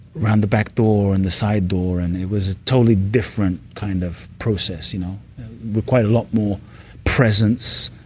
around the back door, in the side door, and it was a totally different kind of process, you know with quite a lot more presence,